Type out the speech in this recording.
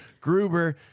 Gruber